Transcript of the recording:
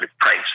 price